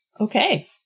Okay